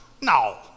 No